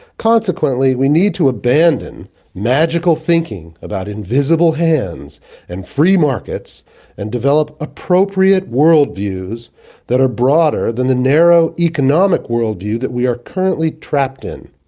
consequently we need to abandon magical thinking about invisible hands and free markets and develop appropriate world views that are broader than the narrow economic world view that we are currently trapped in.